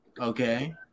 Okay